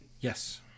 Yes